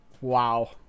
Wow